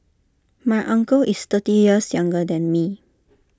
my uncle is thirty years younger than me